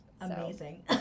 amazing